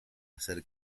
hacer